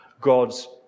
God's